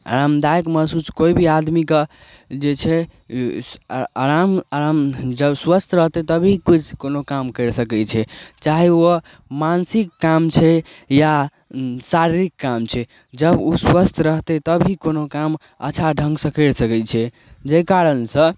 आरामदायक महसूस कोइ भी आदमीके जे छै आराम आराम जब स्वस्थ रहते तभी कोइ कोनो काम करि सकै छै चाहे ओ मानसिक काम छै या शारीरिक काम छै जब ओ स्वस्थ रहते तभी कोनो काम अच्छा ढंग सऽ करि सकै छै जै कारण सऽ